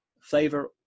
flavor